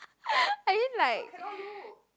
I mean like